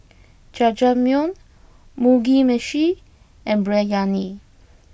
Jajangmyeon Mugi Meshi and Biryani